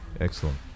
Excellent